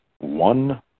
One